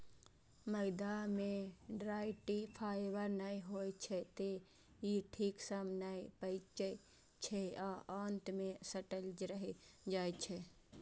मैदा मे dietary fibre नै होइ छै, तें ई ठीक सं नै पचै छै आ आंत मे सटल रहि जाइ छै